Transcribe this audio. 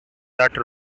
that